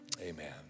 Amen